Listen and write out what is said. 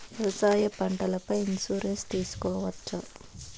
వ్యవసాయ పంటల పై ఇన్సూరెన్సు తీసుకోవచ్చా?